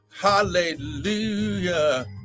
Hallelujah